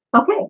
Okay